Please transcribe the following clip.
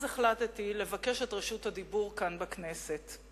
החלטתי לבקש את רשות הדיבור כאן בכנסת.